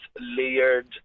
layered